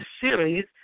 series